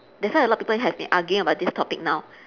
that's why a lot of people have been arguing about this topic now